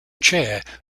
chair